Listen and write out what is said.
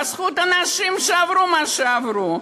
בזכות אנשים שעברו מה שעברו,